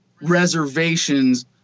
reservations